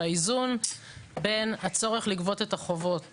באיזון בין הצורך לגבות את החובות